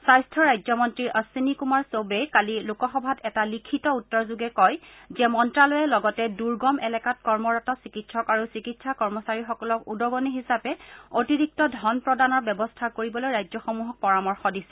স্বাস্থ্য ৰাজ্য মন্ত্ৰী অশ্বিনী কুমাৰ চৌবেই কালি লোকসভাত এটা লিখিত উত্তৰযোগে কয় যে মন্ন্যালয়ে লগতে দুৰ্গম এলেকাত কৰ্মৰত চিকিৎসক আৰু চিকিৎসা কৰ্মচাৰীসকলক উদগনি হিচাপে অতিৰিক্ত ধন প্ৰদানৰ ব্যৱস্থা কৰিবলৈ ৰাজ্যসমূহক পৰামৰ্শ দিছে